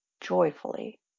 joyfully